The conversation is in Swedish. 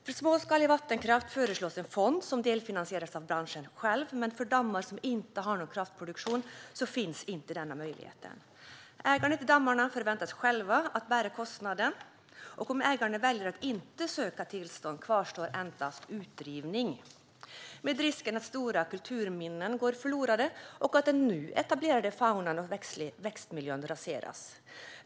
För småskalig vattenkraft föreslås en fond som delfinansieras av branschen själv, men för dammar som inte har någon kraftproduktion finns inte denna möjlighet. Ägarna till dammarna förväntas själva bära kostnaden, och om ägarna väljer att inte söka tillstånd kvarstår endast utrivning, med risken att stora kulturminnen går förlorade och att den nu etablerade faunan och växtmiljön raseras.